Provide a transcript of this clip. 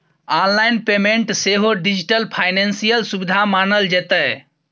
online payment सेहो digital financial सुविधा मानल जेतै